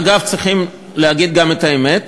אגב, צריכים להגיד גם את האמת,